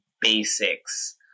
basics